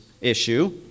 issue